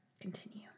Continue